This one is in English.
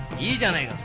eaten